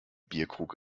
bierkrug